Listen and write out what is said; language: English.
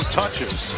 touches